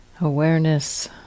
awareness